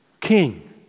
king